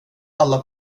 alla